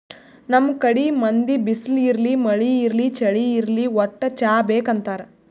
ನಮ್ ಕಡಿ ಮಂದಿ ಬಿಸ್ಲ್ ಇರ್ಲಿ ಮಳಿ ಇರ್ಲಿ ಚಳಿ ಇರ್ಲಿ ವಟ್ಟ್ ಚಾ ಬೇಕ್ ಅಂತಾರ್